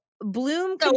Bloom